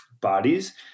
bodies